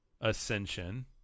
ascension